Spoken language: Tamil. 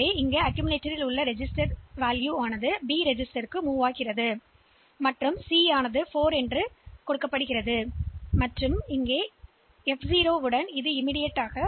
எனவே இது ஒரு பதிவேட்டின் இந்த மதிப்பை பி பதிவேட்டில் சேமிக்கும் இந்த சி 4 க்கு சமமாக செய்யப்படுகிறது பின்னர் நாம் மற்றும் எஃப் 0 உடன் உடனடியாக